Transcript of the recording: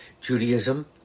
Judaism